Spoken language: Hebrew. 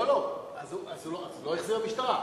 אז הוא לא החזיר למשטרה.